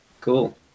Cool